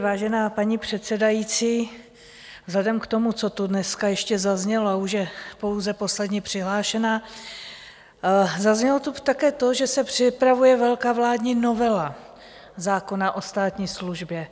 Vážená paní předsedající, vzhledem k tomu, co tu ještě dneska zaznělo, a už je pouze poslední přihlášená, zaznělo tu také to, že se připravuje velká vládní novela zákona o státní službě.